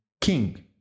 king